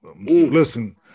Listen